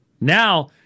Now